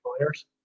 employers